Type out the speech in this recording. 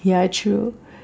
yeah true